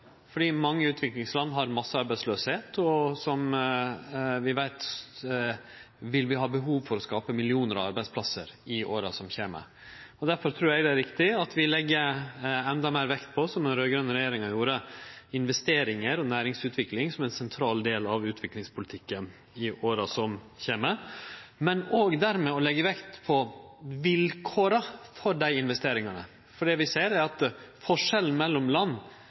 å skape millionar av arbeidsplassar i åra som kjem. Difor trur eg det er viktig at vi legg endå meir vekt på – slik den raud-grøne regjeringa gjorde – investeringar og næringsutvikling som ein sentral del av utviklingspolitikken i åra som kjem, men òg at vi dermed leggjer vekt på vilkåra for dei investeringane. Det vi ser, er at forskjellen mellom land